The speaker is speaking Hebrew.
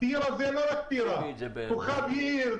טירה זה לא רק טירה יש כוכב יאיר,